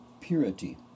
Purity